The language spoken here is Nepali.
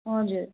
हजुर